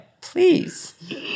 Please